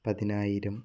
പതിനായിരം